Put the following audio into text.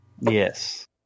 yes